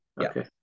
Okay